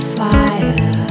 fire